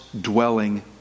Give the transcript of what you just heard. dwelling